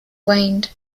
waned